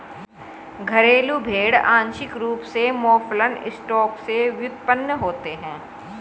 घरेलू भेड़ आंशिक रूप से मौफलन स्टॉक से व्युत्पन्न होते हैं